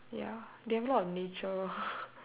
ya they have a lot of nature